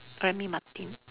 Remy Martin